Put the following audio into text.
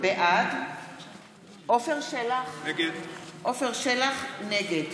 בעד עפר שלח, נגד